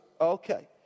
Okay